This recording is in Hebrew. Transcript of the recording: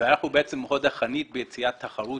לכן באה הצעת החוק הזאת.